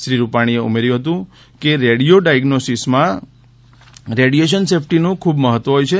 શ્રી રૂપાણીએ ઉમેર્યુ કે રેડિયો ડાયઝ્નોસિસમાં રેડિયેશન સેફ્ટીનું ખૂબ મહત્વ હોય છે